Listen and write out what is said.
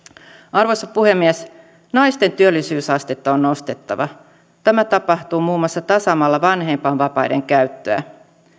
arvoisa puhemies naisten työllisyysastetta on nostettava tämä tapahtuu muun muassa tasaamalla vanhempainvapaiden käyttöä